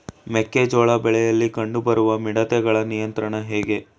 ಮೆಕ್ಕೆ ಜೋಳ ಬೆಳೆಯಲ್ಲಿ ಕಂಡು ಬರುವ ಮಿಡತೆಗಳ ನಿಯಂತ್ರಣ ಹೇಗೆ?